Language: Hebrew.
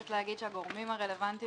אני רק מבקשת להגיד שהגורמים הרלוונטיים